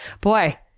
Boy